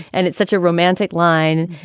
and it's such a romantic line,